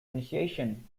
initiation